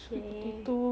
same